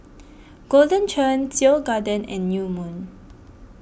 Golden Churn Seoul Garden and New Moon